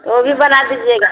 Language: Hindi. ओ भी बना दीजिएगा